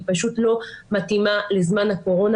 היא פשוט לא מתאימה לזמן הקורונה,